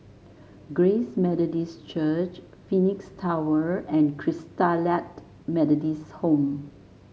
Grace Methodist Church Phoenix Tower and Christalite Methodist Home